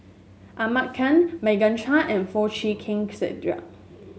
Ahmad Khan Morgan Chua and Foo Chee Keng Cedric